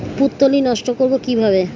পুত্তলি নষ্ট করব কিভাবে?